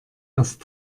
erst